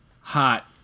hot